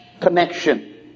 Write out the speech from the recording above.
connection